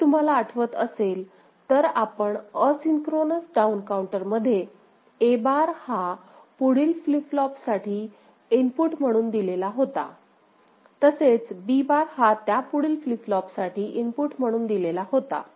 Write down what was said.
जर तुम्हाला आठवत असेल तर आपण असिंक्रोनस डाउन काऊंटर मध्ये A बार हा पुढील फ्लिप फ्लॉप साठी इनपुट म्हणून दिलेला होता तसेच B बार हा त्यापुढील फ्लिप फ्लॉप साठी इनपुट म्हणून दिलेला होता